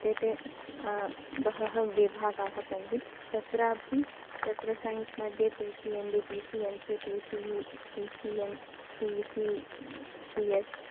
ते ते बहवः विभागाः सन्ति तत्रापि तत्र सैन्स् मध्ये P C M B P C M C P C P C M P C C S